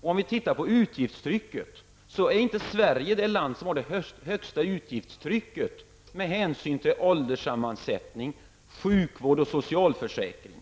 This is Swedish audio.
Om vi sedan tittar på utgiftstrycket finner vi att Sverige inte är det land som har det högsta utgiftstrycket, med hänsyn till ålderssammansättning, sjukvård och socialförsäkring.